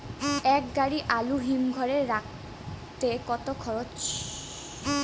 এক গাড়ি আলু হিমঘরে রাখতে খরচ কত?